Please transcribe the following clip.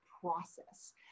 process